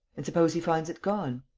and suppose he finds it gone?